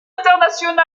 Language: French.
internationale